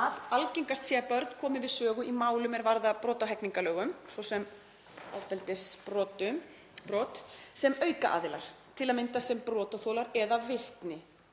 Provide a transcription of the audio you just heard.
að algengast sé að börn komi við sögu í málum er varða brot á hegningarlögum, svo sem ofbeldisbrot, sem aukaaðilar, til að mynda sem brotaþolar eða vitni.